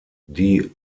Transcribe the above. die